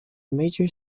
major